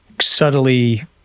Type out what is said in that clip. subtly